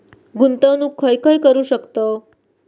गुंतवणूक खय खय करू शकतव?